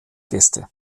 gäste